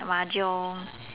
mahjong